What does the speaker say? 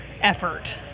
effort